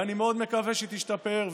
ואני מאוד מקווה שתשתפר,